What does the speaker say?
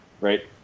right